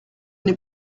n’ai